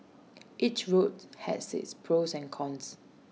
each route has its pros and cons